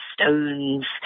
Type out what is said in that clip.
stones